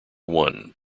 one